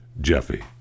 Jeffy